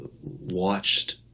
watched